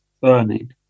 burning